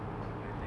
no but like